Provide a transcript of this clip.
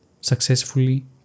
successfully